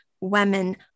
women